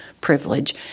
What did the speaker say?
privilege